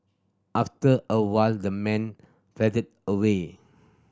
after a while the man faded away